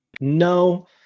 no